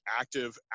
active